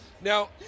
Now